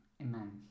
Amen